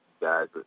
guys